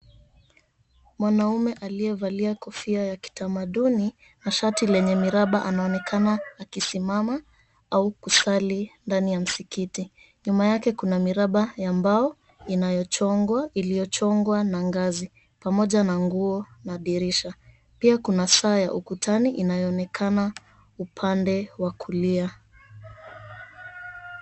Mwanaume aliyevalia kofia ya kitamaduni na shati lenye miraba anaonekana akisimama au kusali ndani ya msikiti. Nyuma yake kuna miraba ya mbao inayochongwa, iliyochongwa na ngazi pamoja na nguo na dirisha. Pia kuna saa ya ukutani inayoonekana upande wa kulia.